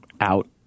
out